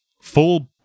full